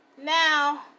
now